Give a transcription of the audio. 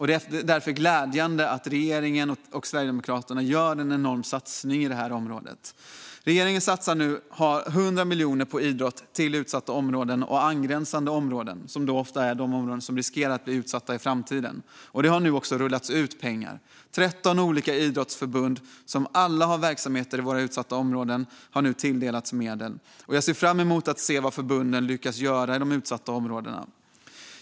Det är därför glädjande att regeringen och Sverigedemokraterna gör en enorm satsning inom området. Regeringen satsar 100 miljoner på idrott i utsatta områden och angränsande områden, som ofta riskerar att bli utsatta i framtiden. Nu har det rullats ut pengar till 13 olika idrottsförbund som alla har verksamheter i våra utsatta områden. De har tilldelats medel. Jag ser fram emot att se vad förbunden lyckas göra i de utsatta områdena.